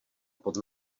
pod